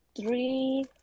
three